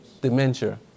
Dementia